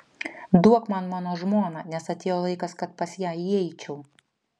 duok man mano žmoną nes atėjo laikas kad pas ją įeičiau